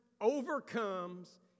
overcomes